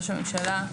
מיכל ממשרד ראש הממשלה,